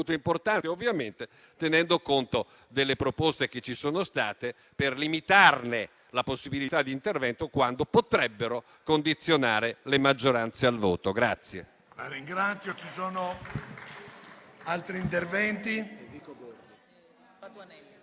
importante, ovviamente tenendo conto delle proposte che ci sono state per limitarne la possibilità di intervento quando potrebbero condizionare le maggioranze al voto.